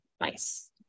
nice